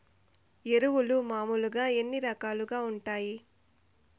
ఎరువులు మామూలుగా ఎన్ని రకాలుగా వుంటాయి?